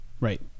Right